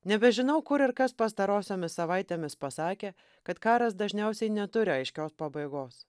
nebežinau kur ir kas pastarosiomis savaitėmis pasakė kad karas dažniausiai neturi aiškios pabaigos